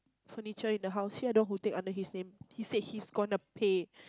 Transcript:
furniture in the house he the one who take under his name he said he's gonna pay